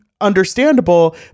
understandable